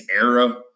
era